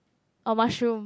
uh mushroom